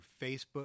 facebook